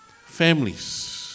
Families